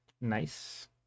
Nice